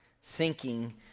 Sinking